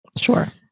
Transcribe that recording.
Sure